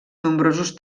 nombrosos